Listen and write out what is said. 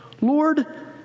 Lord